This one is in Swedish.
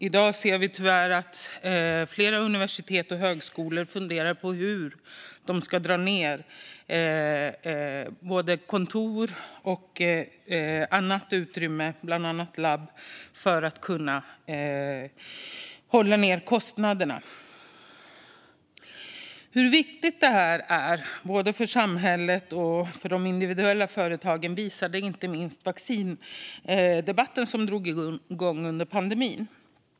I dag ser vi tyvärr att flera universitet och högskolor funderar på hur de ska dra ned på både kontor och annat utrymme, bland annat labb, för att kunna hålla kostnaderna nere. Hur viktigt det här är för både samhället och de individuella företagen visade inte minst vaccindebatten som drog igång under pandemin.